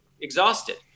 exhausted